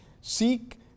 Seek